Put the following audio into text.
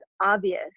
obvious